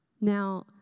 Now